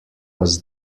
was